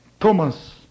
Thomas